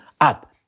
up